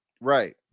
Right